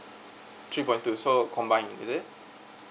three point two so combined is it